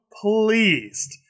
pleased